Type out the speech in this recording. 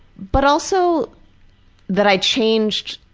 but also that i changed